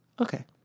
Okay